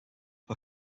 per